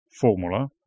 formula